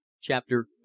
Chapter